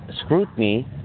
scrutiny